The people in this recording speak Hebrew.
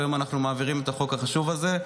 והיום אנחנו מעבירים את החוק החשוב הזה,